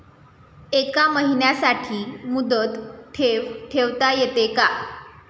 एका महिन्यासाठी मुदत ठेव ठेवता येते का?